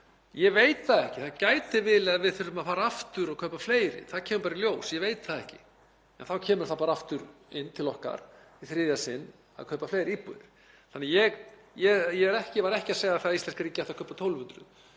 Ég veit það ekki. Það gæti verið að við þyrftum að fara aftur og kaupa fleiri. Það kemur bara í ljós, ég veit það ekki. Þá kemur það mál bara aftur inn til okkar í þriðja sinn, að kaupa fleiri íbúðir. Ég var ekki að segja að íslenska ríkið ætti að kaupa 1.200